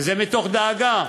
וזה מתוך דאגה